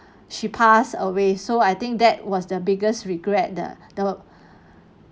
she passed away so I think that was the biggest regret the the